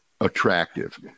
attractive